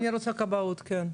אני רוצה כבאות, כן.